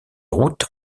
routes